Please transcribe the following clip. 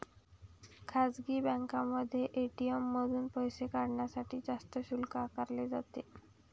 खासगी बँकांमध्ये ए.टी.एम मधून पैसे काढण्यासाठी जास्त शुल्क आकारले जाते